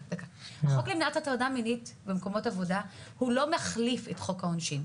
החוק למניעת הטרדה מינית במקומות עבודה לא מחליף את חוק העונשין.